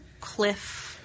cliff